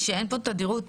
אין כאן תדירות